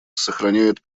сохраняет